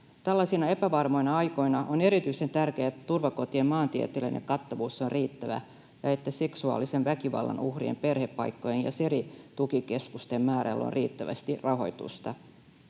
Tällaisina epävarmoina aikoina on erityisen tärkeää, että turvakotien maantieteellinen kattavuus on riittävä ja että seksuaalisen väkivallan uhrien perhepaikkojen ja Seri-tukikeskusten määrällä on riittävästi rahoitusta.